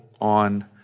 on